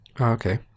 Okay